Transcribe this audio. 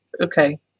okay